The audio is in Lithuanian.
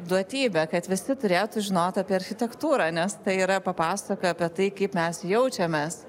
duotybė kad visi turėtų žinot apie architektūrą nes tai yra papasakoja apie tai kaip mes jaučiamės